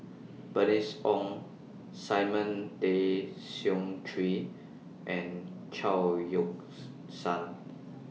Bernice Ong Simon Tay Seong Chee and Chao Yoke San